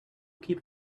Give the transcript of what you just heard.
keep